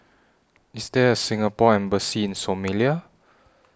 IS There A Singapore Embassy in Somalia